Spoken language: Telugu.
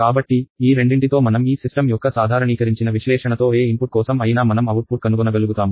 కాబట్టి ఈ రెండింటితో మనం ఈ సిస్టమ్ యొక్క సాధారణీకరించిన విశ్లేషణతో ఏ ఇన్పుట్ కోసం అయినా మనం అవుట్ పుట్ కనుగొన గలుగుతాము